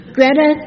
Greta